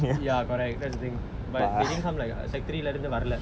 ya correct that's the thing but they didn't come like secondary three லேர்ந்து வரலே:lernthu varalae